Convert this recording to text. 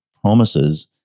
promises